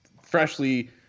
freshly